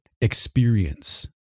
experience